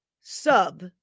sub